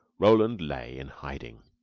roland lay in hiding,